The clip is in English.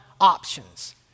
options